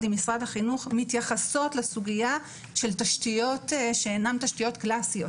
עם משרד החינוך מתייחסות לסוגיה של תשתיות שאינן תשתיות קלאסיות,